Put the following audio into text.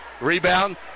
Rebound